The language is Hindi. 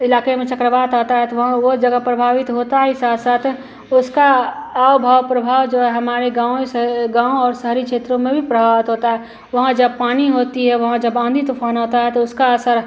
इलाके में चक्रवात आता है तो वहाँ वह जगह प्रभावित होता ही साथ साथ उसका आव भाव प्रभाव जो है हमारे गाँव से गाँव और शहरी क्षेत्रों में भी प्रभावित होता है वहाँ जब पानी होता है वहाँ जब आँधी तूफ़ान आता है तो उसका असर